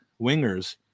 wingers